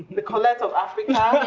the colette of africa.